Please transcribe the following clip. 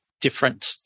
different